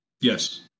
Yes